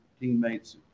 teammates